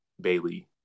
Bailey